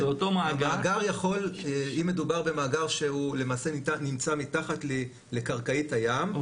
אם מדובר במאגר שהוא למעשה נמצא מתחת לקרקעית הים,